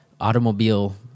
automobile